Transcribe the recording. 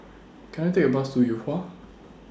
Can I Take A Bus to Yuhua